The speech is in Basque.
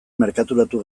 merkaturatu